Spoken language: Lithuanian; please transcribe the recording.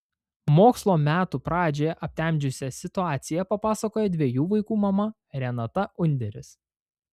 mokslo metų pradžią aptemdžiusią situaciją papasakojo dviejų vaikų mama renata underis